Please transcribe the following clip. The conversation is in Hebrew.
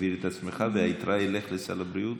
תבהיר את עצמך, והיתרה תלך לסל הבריאות?